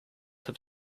have